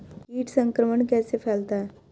कीट संक्रमण कैसे फैलता है?